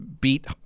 beat